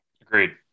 Agreed